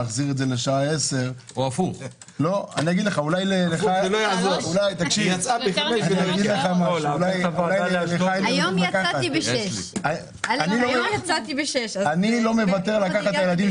להחזיר לשעה 10:00. אני לא מוותר לקחת את הילדים